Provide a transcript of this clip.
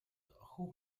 хувь